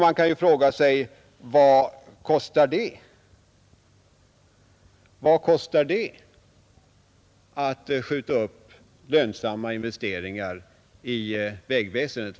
Man kan fråga sig: Vad kostar det samhället att skjuta upp lönsamma investeringar i vägväsendet?